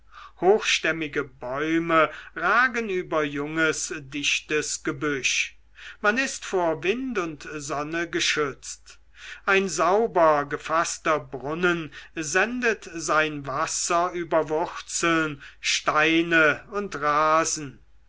hochstämmige bäume ragen über junges dichtes gebüsch man ist vor wind und sonne geschützt ein sauber gefaßter so brunnen sendet sein wasser über wurzeln steine und rasen